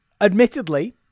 admittedly